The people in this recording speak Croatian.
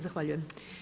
Zahvaljujem.